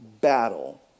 battle